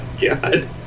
God